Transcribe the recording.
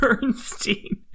Bernstein